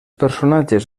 personatges